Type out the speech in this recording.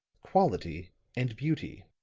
quality and beauty.